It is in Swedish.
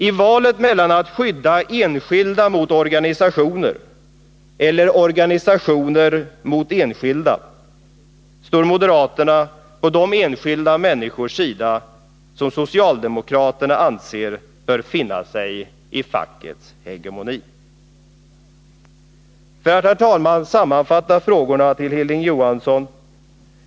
I valet mellan att skydda enskilda mot organisationer eller organisationer mot enskilda står moderaterna på de enskilda människors sida som socialdemokraterna anser bör finna sig i fackets hegemoni. Jag vill, herr talman, sammanfatta frågorna till Hilding Johansson: 1.